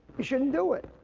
he shouldn't do it.